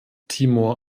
timor